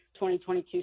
2022